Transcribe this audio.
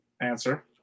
answer